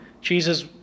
Jesus